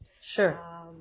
Sure